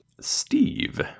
Steve